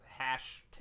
hashtag